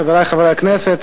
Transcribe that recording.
חברי חברי הכנסת,